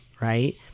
right